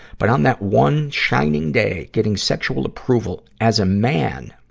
but on that one shining day, getting sexual approval as a man,